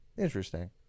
interesting